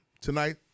Tonight